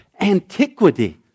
antiquity